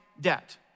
debt